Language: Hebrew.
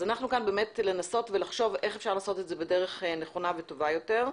אז אנחנו כאן לנסות ולחשוב איך אפשר לעשות את זה בדרך נכונה וטובה יותר.